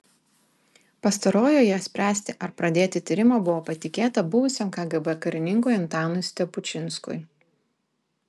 pastarojoje spręsti ar pradėti tyrimą buvo patikėta buvusiam kgb karininkui antanui stepučinskui